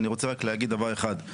אני רוצה רק להגיד דבר אחד,